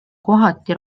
kohati